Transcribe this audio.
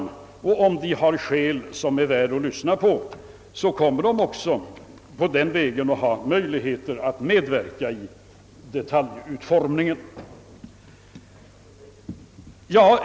Om man på det hållet har synpunkter som det är värt att lyssna till, så kommer man på den vägen att få möjligheter att medverka vid utformningen av detaljerna.